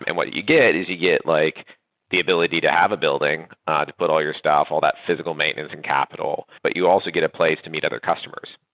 and what you get is you get like the ability to have a building ah to put all your stuff, all that physical maintenance and capital, but you also get a place to meet other customers.